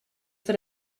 that